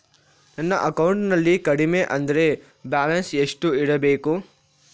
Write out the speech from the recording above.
ನನ್ನ ಅಕೌಂಟಿನಲ್ಲಿ ಕಡಿಮೆ ಅಂದ್ರೆ ಬ್ಯಾಲೆನ್ಸ್ ಎಷ್ಟು ಇಡಬೇಕು?